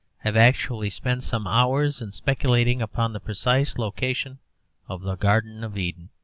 have actually spent some hours in speculating upon the precise location of the garden of eden.